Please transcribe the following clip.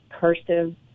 cursive